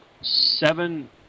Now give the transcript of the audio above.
seven